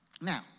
Now